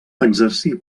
exercí